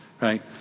right